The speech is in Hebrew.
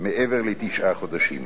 מעבר לתשעה חדשים.